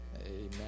Amen